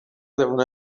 devono